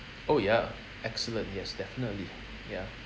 oh ya excellent yes definitely ya